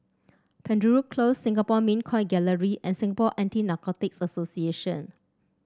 Penjuru Close Singapore Mint Coin Gallery and Singapore Anti Narcotics Association